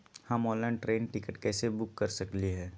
हम online train ticket कैसे book कर सकली हई?